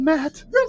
Matt